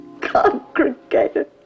Congregated